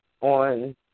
on